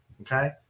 Okay